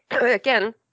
again